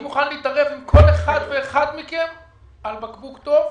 אני מוכן להתערב עם כל אחד ואחד מכם על בקבוק טוב.